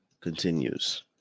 continues